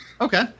okay